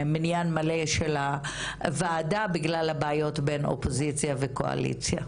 מניין מלא של הוועדה בגלל הבעיות בין אופוזיציה וקואליציה.